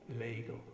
legal